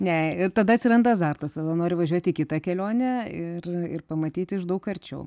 ne ir tada atsiranda azartas tada nori važiuoti į kitą kelionę ir ir pamatyti daug arčiau